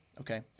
Okay